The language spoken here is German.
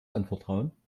anvertrauen